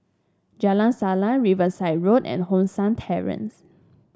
Jalan Salang Riverside Road and Hong San Terrace